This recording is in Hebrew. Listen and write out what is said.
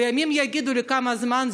ימים יגידו לכמה זמן.